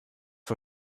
vor